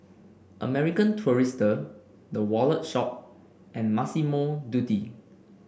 American Tourister The Wallet Shop and Massimo Dutti